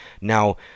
Now